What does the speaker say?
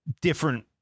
different